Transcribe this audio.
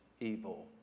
evil